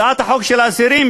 הצעת החוק של האסירים,